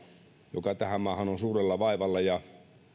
joka tähän maahan on suurella vaivalla ja